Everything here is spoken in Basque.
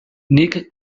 nik